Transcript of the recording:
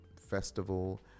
festival